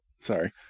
Sorry